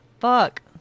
Fuck